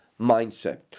mindset